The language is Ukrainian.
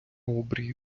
обрії